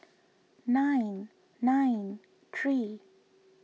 nine nine three